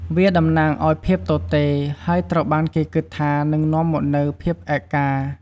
វាតំណាងឱ្យភាពទទេ ហើយត្រូវបានគេគិតថានឹងនាំមកនូវភាពឯកា។